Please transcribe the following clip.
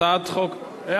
הצעת חוק, למה?